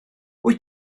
wyt